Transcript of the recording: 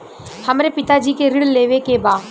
हमरे पिता जी के ऋण लेवे के बा?